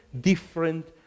different